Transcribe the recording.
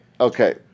okay